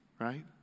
right